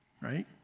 Right